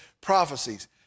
prophecies